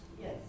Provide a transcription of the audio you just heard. Yes